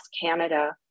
Canada